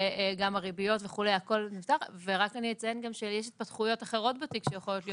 רק אני אציין גם שיש התפתחויות אחרות בתיק שיכולות להיות,